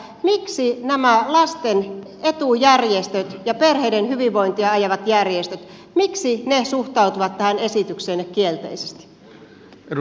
miksi nämä lasten etujärjestöt ja perheiden hyvinvointia ajavat järjestöt suhtautuvat tähän esitykseenne kielteisesti